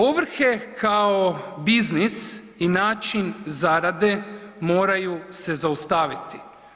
Ovrhe kao biznis i način zarade moraju se zaustaviti.